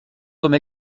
comme